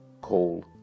call